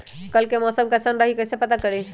कल के मौसम कैसन रही कई से पता करी?